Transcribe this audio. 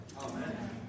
Amen